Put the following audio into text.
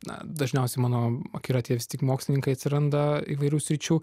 na dažniausiai mano akiratyje vis tik mokslininkai atsiranda įvairių sričių